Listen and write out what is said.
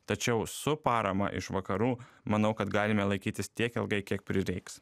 tačiau su parama iš vakarų manau kad galime laikytis tiek ilgai kiek prireiks